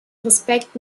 respekt